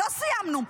לא סיימנו.